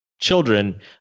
children